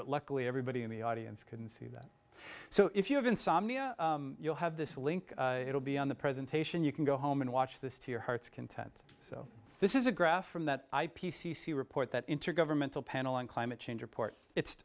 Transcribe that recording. but luckily everybody in the audience can see that so if you have insomnia you'll have this link it'll be on the presentation you can go home and watch this to your heart's content so this is a graph from that i p c c report that intergovernmental panel on climate change report it's